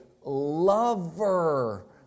lover